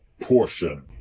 portion